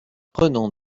prenant